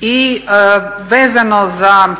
I vezano za